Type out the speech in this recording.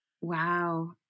Wow